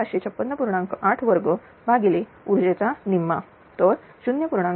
8वर्ग भागिले ऊर्जेचा निम्मा तर 0